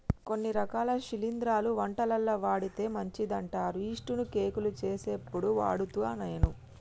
కొన్ని రకాల శిలింద్రాలు వంటలల్ల వాడితే మంచిదంటారు యిస్టు ను కేకులు చేసేప్పుడు వాడుత నేను